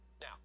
Now